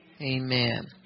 Amen